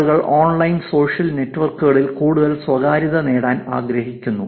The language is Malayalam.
ആളുകൾ ഓൺലൈൻ സോഷ്യൽ നെറ്റ്വർക്കുകളിൽ കൂടുതൽ സ്വകാര്യത നേടാൻ ആഗ്രഹിക്കുന്നു